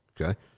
Okay